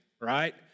right